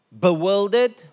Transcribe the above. bewildered